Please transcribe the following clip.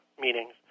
meetings